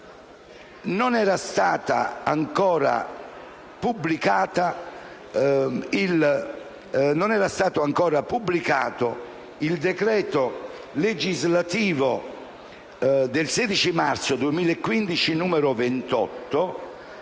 non era stato ancora pubblicato il decreto legislativo n. 28 del 16 marzo 2015, al